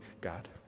God